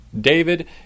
David